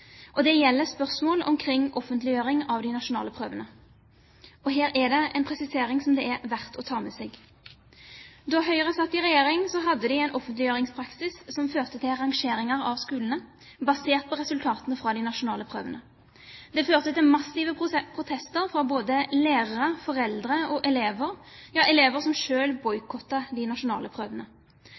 Det gjelder spørsmål omkring offentliggjøring av de nasjonale prøvene. Her er det en presisering som det er verdt å ta med seg. Da Høyre satt i regjering, hadde de en offentliggjøringspraksis som førte til rangeringer av skolene, basert på resultatene fra de nasjonale prøvene. Det førte til massive protester fra både lærere, foreldre og elever – ja, elever som selv boikottet de nasjonale prøvene. Universitetet i Oslo ga sterk kritikk til høyreregjeringens opplegg for de nasjonale prøvene.